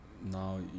Now